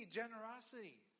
generosity